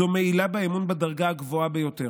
זו מעילה באמון בדרגה הגבוהה ביותר.